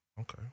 Okay